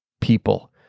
people